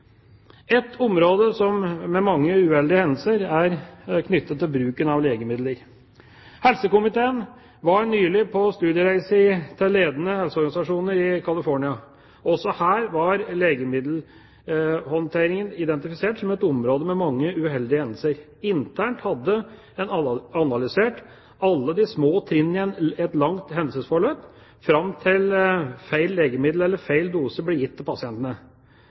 Et område med mange uheldige hendelser er knyttet til bruken av legemidler. Helse- og omsorgskomiteen var nylig på studiereise til ledende helseorganisasjoner i California. Også her var legemiddelhåndteringen identifisert som et område med mange uheldige hendelser. Internt hadde en analysert alle de små trinnene i et langt hendelsesforløp, fram til feil legemiddel eller feil dose ble gitt til pasientene.